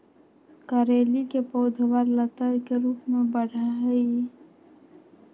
करेली के पौधवा लतर के रूप में बढ़ा हई